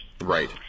Right